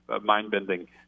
mind-bending